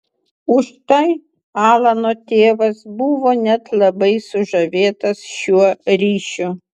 užtai alano tėvas buvo net labai sužavėtas šiuo ryšiu